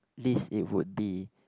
list it would be